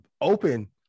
Open